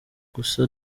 gusa